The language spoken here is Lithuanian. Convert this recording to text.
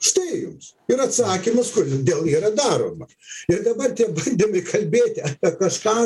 štai jums ir atsakymas kodėl yra daroma ir dabar tie bandymai kalbėti apie kažką